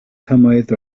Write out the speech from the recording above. cymoedd